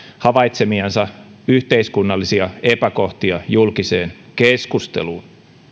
havaitsemiansa yhteiskunnallisia epäkohtia julkiseen keskusteluun